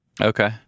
Okay